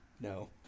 No